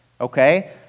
okay